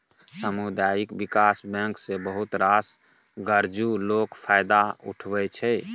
सामुदायिक बिकास बैंक सँ बहुत रास गरजु लोक फायदा उठबै छै